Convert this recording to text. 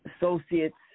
associate's